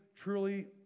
truly